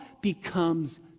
becomes